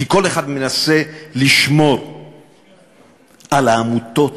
כי כל אחד מנסה לשמור על העמותות,